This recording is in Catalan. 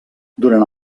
durant